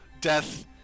death